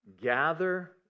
Gather